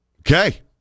Okay